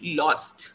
lost